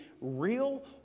real